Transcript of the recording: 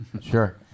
Sure